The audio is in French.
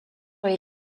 est